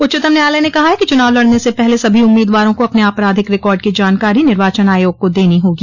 उच्चतम न्यायालय ने कहा है कि चुनाव लड़ने से पहले सभी उम्मीदवारों को अपने आपराधिक रिकॉर्ड की जानकारी निर्वाचन आयोग को देनी होगी